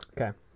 Okay